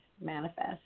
manifest